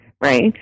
right